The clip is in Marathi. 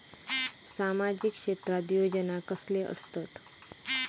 सामाजिक क्षेत्रात योजना कसले असतत?